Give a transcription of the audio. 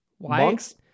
Monks